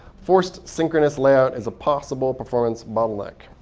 forced synchronous layout is a possible performance bottleneck.